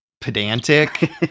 pedantic